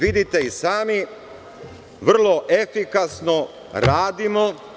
Vidite i sami, vrlo efikasno radimo.